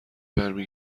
برمی